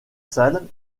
sale